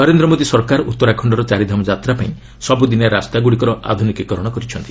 ନରେନ୍ଦ୍ର ମୋଦି ସରକାର ଉତ୍ତରାଖଣ୍ଡର ଚାରିଧାମ ଯାତ୍ରା ପାଇଁ ସବୁଦିନିଆ ରାସ୍ତାଗୁଡ଼ିକର ଆଧୁନିକିକରଣ କରିଛନ୍ତି